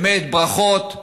באמת, ברכות לרמטכ"ל,